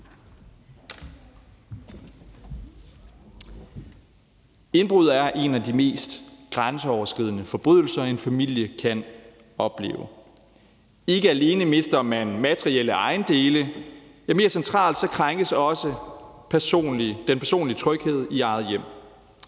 Indbrud er en af de mest grænseoverskridende forbrydelser, en familie kan opleve. Ikke alene mister man materielle ejendele, men mere centralt krænkes også den personlige tryghed i eget hjem.